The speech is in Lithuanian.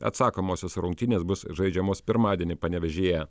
atsakomosios rungtynės bus žaidžiamos pirmadienį panevėžyje